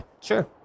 Sure